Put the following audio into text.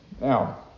Now